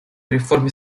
реформе